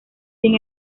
sin